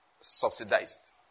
Subsidized